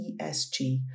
ESG